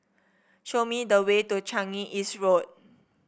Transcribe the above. show me the way to Changi East Road